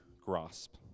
grasp